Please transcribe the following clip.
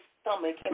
stomach